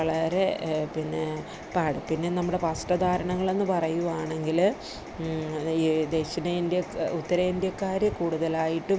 വളരെ പിന്നെ പാട പിന്നെ നമ്മുടെ വസ്ത്ര ധാരണങ്ങൾ എന്ന് പറയുവാണെങ്കിൽ ഈ ദക്ഷിണേന്ത്യക്കാ ഉത്തരേന്ത്യക്കാർ കൂടുതലായിട്ടും